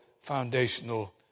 foundational